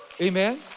Amen